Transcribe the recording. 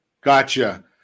Gotcha